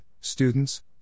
students